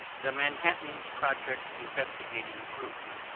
the manhattan project investigating group